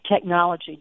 technology